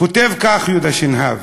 כותב כך יהודה שנהב: